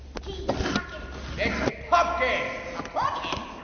he talkin. its pumpkin! a plugin?